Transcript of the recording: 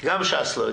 גם ש"ס לא יודעים.